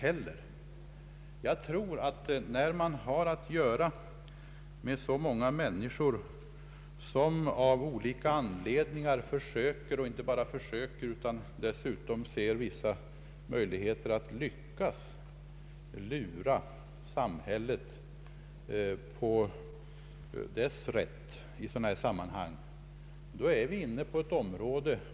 Vi är här inne på ett område, där många människor av olika anledningar försöker lura samhället på dess rätt — och inte bara försöker utan dessutom ser vissa möjligheter att lyckas.